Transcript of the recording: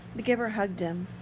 the giver hugged him.